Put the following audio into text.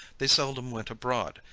they seldom went abroad,